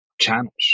channels